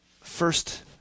First